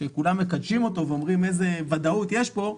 שכולם מקדשים אותו ואומרים איזה ודאות יש פה,